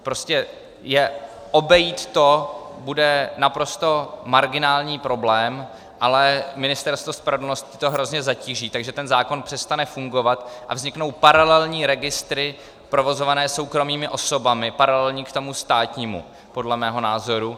Prostě obejít to bude naprosto marginální problém, ale Ministerstvo spravedlnosti to hrozně zatíží, takže ten zákon přestane fungovat a vzniknou paralelní registry provozované soukromými osobami, paralelní k tomu státnímu, podle mého názoru.